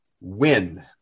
win